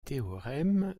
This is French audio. théorèmes